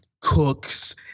cooks